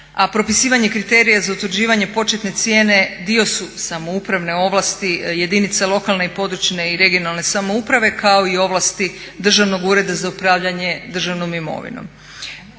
propisivanje kriterija za utvrđivanje početne cijene dio su samoupravne ovlasti jedinica lokalne i područne i regionalne samouprave kao i ovlasti Državnog ureda za upravljanje državnom imovinom.